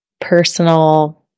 personal